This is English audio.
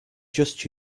just